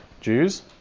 Jews